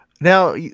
Now